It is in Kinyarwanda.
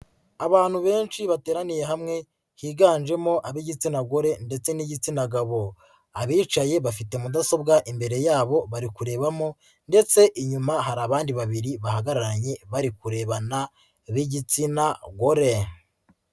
Abantu benshi bateraniye hamwe higanjemo ab'igitsina gore ndetse n'igitsina gabo, abicaye bafite mudasobwa imbere yabo bari kurebamo ndetse inyuma hari abandi babiri bahagararanye bari kurebana b'igitsina gore.